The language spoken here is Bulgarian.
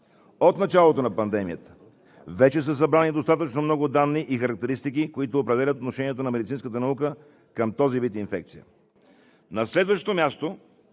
От началото на пандемията вече са събрани достатъчно много данни и характеристики, които определят отношенията на медицинската наука към този вид инфекция.